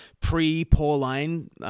pre-Pauline